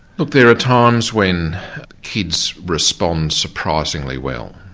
but there are times when kids respond surprisingly well,